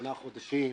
שמונה חודשים,